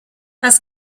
was